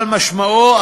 אבל משמעו,